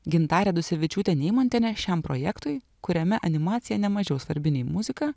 gintarė dusevičiūtė neimontienė šiam projektui kuriame animacija nemažiau svarbi nei muzika